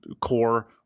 Core